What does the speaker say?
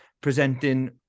presenting